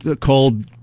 called